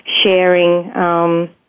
sharing